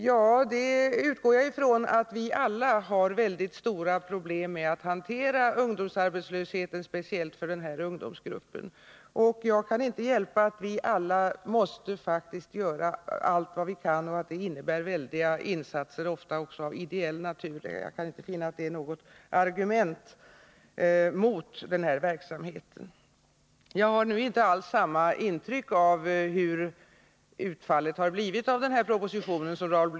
Ja, jag utgår från att vi alla har mycket stora problem i ansträngningarna att hantera ungdomsarbetslösheten, speciellt när det gäller den här aktuella ungdomsgruppen. Vi måste alla göra allt vad vi kan i det avseendet, och det innebär mycket stora insatser, ofta också av ideell natur. Jag kan inte finna att det är något argument mot verksamheten i fråga. Nu har jag inte alls samma intryck som Raul Blächer när det gäller utfallet av propositionen.